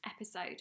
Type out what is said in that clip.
episode